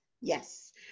Yes